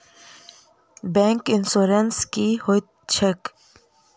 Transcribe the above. Bank insurance की होइत छैक?